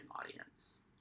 audience